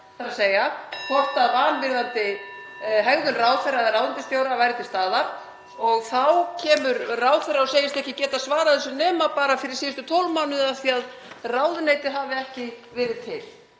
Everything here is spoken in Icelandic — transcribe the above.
hringir.) hvort vanvirðandi hegðun ráðherra eða ráðuneytisstjóra væri til staðar. Þá kemur ráðherra og segist ekki geta svarað þessu nema bara fyrir síðustu 12 mánuði af því að ráðuneytið hafi ekki verið til.